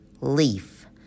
leaf